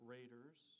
Raiders